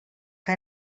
que